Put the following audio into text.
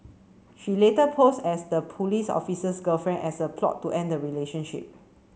she later posed as the police officer's girlfriend as a plot to end the relationship